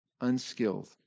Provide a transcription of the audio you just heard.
unskilled